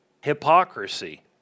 hypocrisy